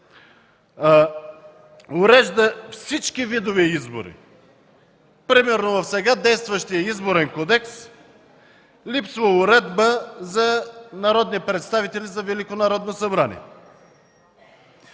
урежда всички видове избори. Примерно в сега действащия Изборен кодекс липсва уредба за народни представители за